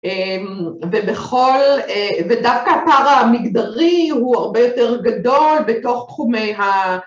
ובכל, ודווקא הפער המגדרי הוא הרבה יותר גדול בתוך תחומי ה...